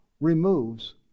removes